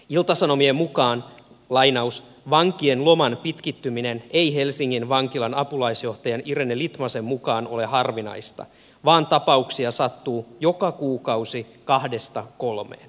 ilta sanomien mukaan vankien loman pitkittyminen ei helsingin vankilan apulaisjohtajan irene litmasen mukaan ole harvinaista vaan tapauksia sattuu joka kuukausi kahdesta kolmeen